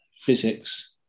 physics